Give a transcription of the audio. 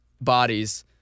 bodies